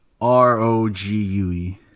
R-O-G-U-E